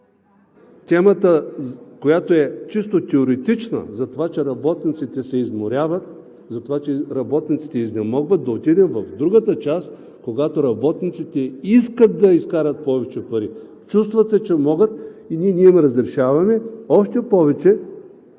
темата, която е чисто теоретична – за това, че работниците се изморяват, за това, че изнемогват, да отидете в другата част, когато работниците искат да изкарат повече пари, чувстват, че могат и ние не им разрешаваме! Още повече